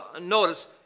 notice